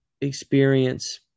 experience